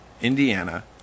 Indiana